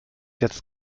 jetzt